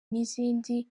n’izindi